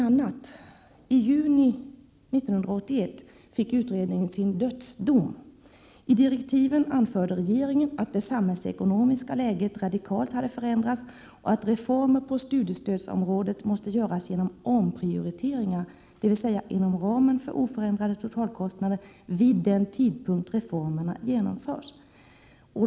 I juni 1981 fick utredningen sin dödsdom. I direktiven anförde regeringen att det samhällsekonomiska läget radikalt hade förändrats och att reformer på studiestödsområdet måste göras genom omprioriteringar, dvs. inom ramen för oföränd rade totalkostnader vid den tidpunkt reformerna genomförs.